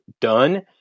done